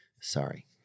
Sorry